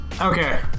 okay